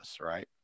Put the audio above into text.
right